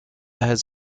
has